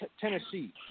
Tennessee